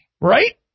right